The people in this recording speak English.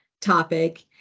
topic